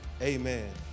amen